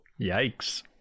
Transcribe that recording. Yikes